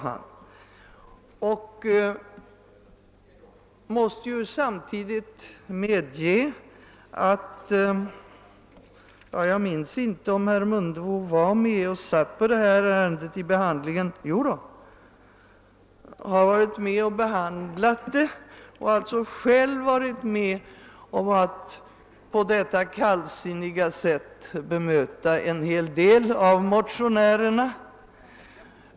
Han måste samtidigt medge att han själv suttit med och behandlat ärendet och alltså själv på detta kallsinniga sätt varit med om att bemöta en hel del av motionärerna.